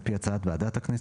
על פי הצעת ועדת הכנסת,